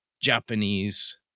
Japanese